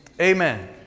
amen